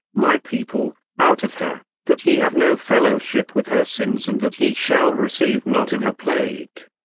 my people, out of her, that ye have no fellowship with her sins and that ye shall receive not of her plague.